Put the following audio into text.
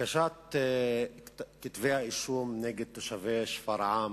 הגשת כתבי האישום נגד תושבי שפרעם